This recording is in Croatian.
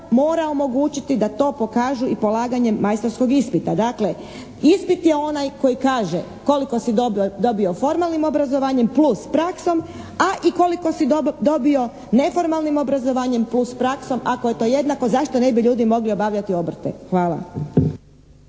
mora omogućiti da to pokažu i polaganjem majstorskog ispita. Dakle, ispit je onaj koji kaže koliko si dobio formalnim obrazovanjem plus praksom, a i koliko si dobio neformalnim obrazovanjem plus praksom. Ako je to jednako zašto ne bi ljudi mogli obavljati obrte. Hvala.